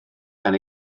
gan